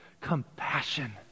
compassion